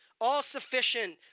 all-sufficient